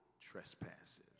trespasses